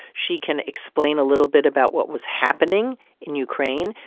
she can explain a little bit about what was happening in ukraine.